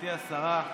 גברתי השרה,